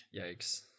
Yikes